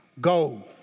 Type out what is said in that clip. go